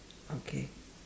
okay